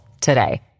today